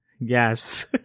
Yes